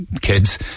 kids